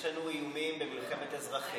יש לנו איומים במלחמת אזרחים,